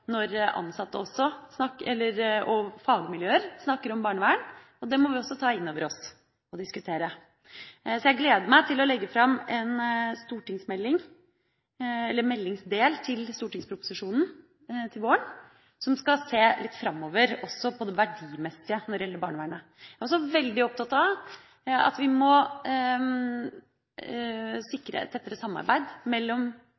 og når fagmiljøer snakker om barnevern. Det må vi også ta inn over oss og diskutere. Jeg gleder meg til å legge fram en stortingsproposisjon til våren som skal se litt framover også på det verdimessige når det gjelder barnevernet. Jeg er også veldig opptatt av at vi må sikre tettere samarbeid mellom